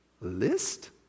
list